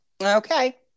Okay